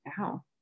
Wow